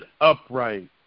upright